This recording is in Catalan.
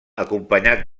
acompanyat